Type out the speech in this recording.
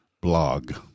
blog